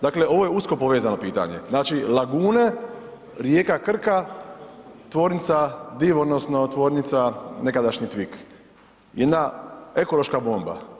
Dakle, ovo je usko povezano pitanje, znači lagune, rijeka Krka, tvornica Div odnosno tvornica nekadašnji Tvik, jedna ekološka bomba.